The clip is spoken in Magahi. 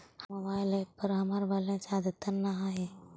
हमर मोबाइल एप पर हमर बैलेंस अद्यतन ना हई